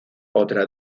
otra